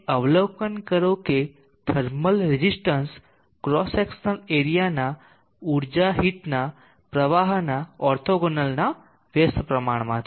અવલોકન કરો કે થર્મલ રેઝિસ્ટન્સ ક્રોસ સેક્શન એરિયાના ઉર્જા હીટના પ્રવાહના ઓર્થોગોનલના વ્યસ્તપ્રમાણમાં છે